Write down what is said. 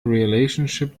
relationship